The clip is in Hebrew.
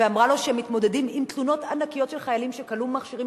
ואמרה לו שהם מתמודדים עם תלונות ענקיות של חיילים שקנו מכשירים,